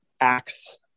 acts